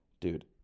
Dude